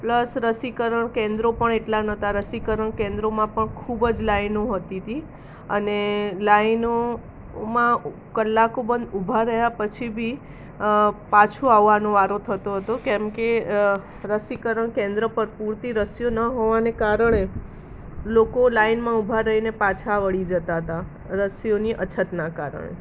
plus રસીકરણ કેન્દ્રો પણ એટલા નહોતા રસીકરણ કેન્દ્રોમાં પણ ખૂબ જ લાઇનો હોતી તી અને લાઇનોમાં કલાકોબંદ ઊભા રહ્યા પછી બી પાછું આવવાનો વારો થતો હતો કેમ કે રસીકરણ કેન્દ્રો પર પૂરતી રસીઓ ન હોવાને કારણે લોકો લાઇનમાં ઊભા રહીને પાછા વળી જતા હતા રસીઓની અછતના કારણે